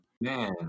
Man